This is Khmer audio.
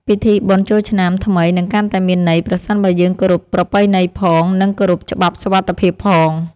ពិធីបុណ្យចូលឆ្នាំថ្មីនឹងកាន់តែមានន័យប្រសិនបើយើងគោរពប្រពៃណីផង និងគោរពច្បាប់សុវត្ថិភាពផង។